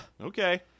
Okay